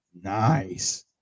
nice